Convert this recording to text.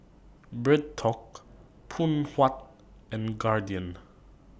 BreadTalk Phoon Huat and Guardian